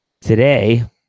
today